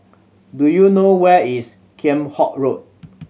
do you know where is Kheam Hock Road